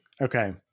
okay